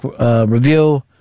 Review